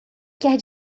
quer